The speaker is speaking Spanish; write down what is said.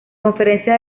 conferencia